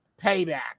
payback